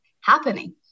happening